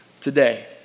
today